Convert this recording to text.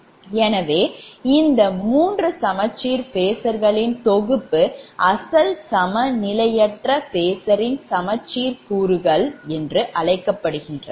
எனவே இந்த மூன்று சமச்சீர் phasor ர்களின் தொகுப்பு அசல் சமநிலையற்ற phasorரின் சமச்சீர் கூறுகள் என்று அழைக்கப்படுகின்றன